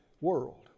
world